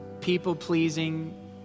people-pleasing